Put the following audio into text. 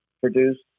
produced